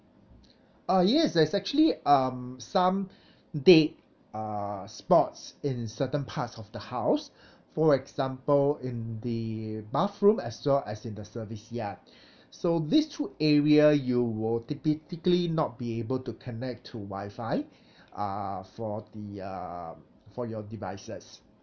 uh yes there's actually um some dead uh spots in certain parts of the house for example in the bathroom as well as well as in the service yard so these two area you will typically not be able to connect to WI-FI uh for the uh for your device